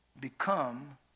become